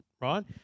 right